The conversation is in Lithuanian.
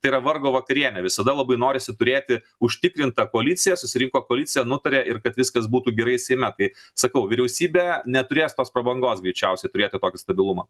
tai yra vargo vakarienė visada labai norisi turėti užtikrintą koaliciją susirinko koalicija nutarė ir kad viskas būtų gerai seime tai sakau vyriausybė neturės tos prabangos greičiausiai turėti tokį stabilumą